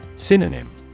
Synonym